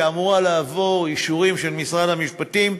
שאמורה לעבור אישורים של משרד המשפטים.